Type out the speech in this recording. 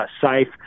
safe